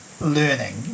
Learning